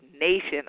Nation